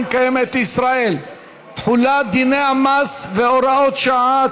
קיימת לישראל (תחולת דיני המס והוראת שעה),